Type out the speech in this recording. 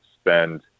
spend